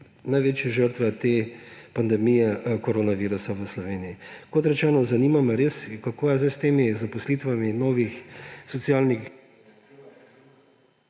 največje žrtve te pandemije koronavirusa v Sloveniji. Kot rečeno, zanima me res, kako je zdaj s temi zaposlitvami novih socialnih